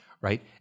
right